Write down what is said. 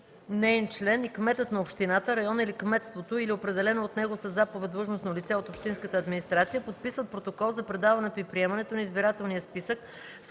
неин член и кметът на общината, района или кметството или определено от него със заповед длъжностно лице от общинската администрация подписват протокол за предаването и приемането на избирателния списък,